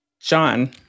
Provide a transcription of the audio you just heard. John